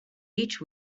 each